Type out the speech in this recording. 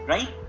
Right